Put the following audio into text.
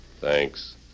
Thanks